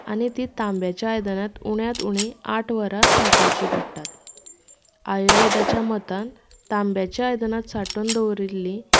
आनी तीं तांब्याच्या आयदनांत उण्यांत उणी आठ वरां सांठोवचीं पडटात आयुर्वेदाच्या मतान तांब्याच्या आयदनांत सांठोवन दवरिल्लीं